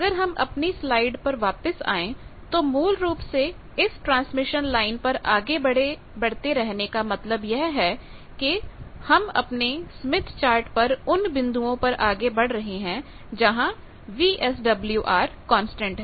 अगर हम अपनी स्लाइड पर वापस आए तो मूल रूप से इस ट्रांसमिशन लाइन पर आगे बढ़ते रहने का मतलब यह है कि हम अपने स्मिथ चार्ट पर उन बिंदुओं पर आगे बढ़ रही हैं जहां वीएसडब्ल्यूआर कांस्टेंट है